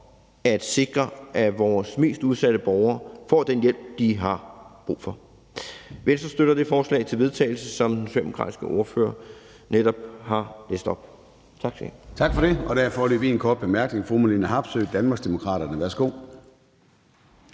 at sikre, at vores mest udsatte borgere får den hjælp, de har brug for. Venstre støtter det forslag til vedtagelse, som den socialdemokratiske ordfører netop har læst op. Tak for det. Kl. 11:09 Formanden (Søren Gade): Tak for det. Der er foreløbig en kort bemærkning. Fru Marlene Harpsøe, Danmarksdemokraterne. Værsgo.